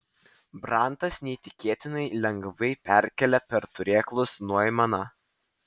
brantas neįtikėtinai lengvai perkėlė per turėklus noimaną